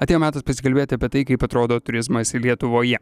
atėjo metas pasikalbėti apie tai kaip atrodo turizmas lietuvoje